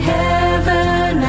heaven